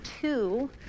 two